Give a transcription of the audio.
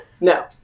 no